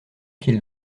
qu’ils